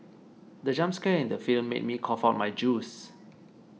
the jump scare in the film made me cough out my juice